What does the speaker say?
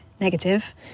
negative